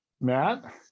matt